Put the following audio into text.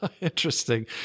Interesting